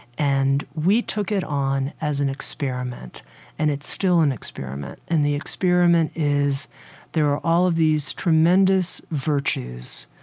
and we took it on as an experiment and it's still an experiment. and the experiment is there are all of these tremendous virtues,